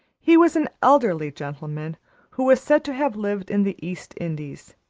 he was an elderly gentleman who was said to have lived in the east indies,